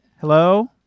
Hello